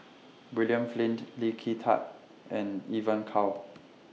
William Flint Lee Kin Tat and Evon Kow